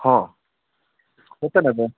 ହଁ କେତେ ନେବେ